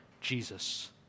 Jesus